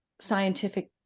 scientific